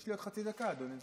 יש לי עוד חצי דקה, אדוני.